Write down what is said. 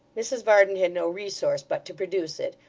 mrs varden had no resource but to produce it,